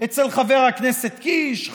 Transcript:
אצל חבר הכנסת קיש,